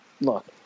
look